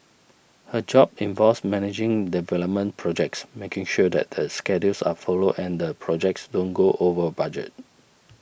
her job involves managing development projects making sure that the schedules are followed and the projects don't go over budget